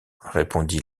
répondit